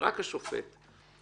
רק לשופט.